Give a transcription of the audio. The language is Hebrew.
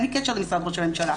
אין לי קשר למשרד ראש הממשלה.